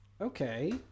Okay